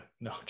no